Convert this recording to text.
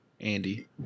Andy